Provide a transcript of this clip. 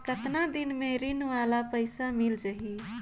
कतना दिन मे ऋण वाला पइसा मिल जाहि?